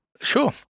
Sure